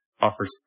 offers